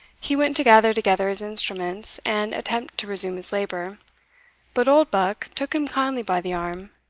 he went to gather together his instruments, and attempt to resume his labour but oldbuck took him kindly by the arm.